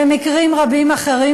ומקרים רבים אחרים,